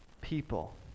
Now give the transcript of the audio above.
people